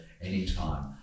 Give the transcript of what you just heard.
anytime